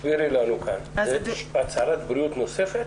יש הצהרת בריאות נוספת